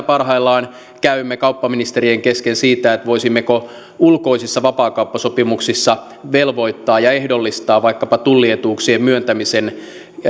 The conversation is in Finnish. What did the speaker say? parhaillaan käymme kauppaministerien kesken siitä voisimmeko ulkoisissa vapaakauppasopimuksissa velvoittaa ja ehdollistaa vaikkapa tullietuuksien myöntämisen